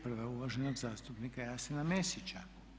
Prva je uvaženog zastupnika Jasena Mesića.